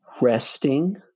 resting